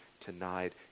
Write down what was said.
tonight